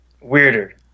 weirder